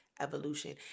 evolution